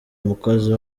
umukozi